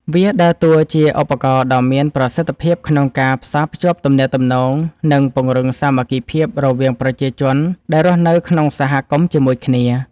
វាដើរតួជាឧបករណ៍ដ៏មានប្រសិទ្ធភាពក្នុងការផ្សារភ្ជាប់ទំនាក់ទំនង និងពង្រឹងសាមគ្គីភាពរវាងប្រជាជនដែលរស់នៅក្នុងសហគមន៍ជាមួយគ្នា។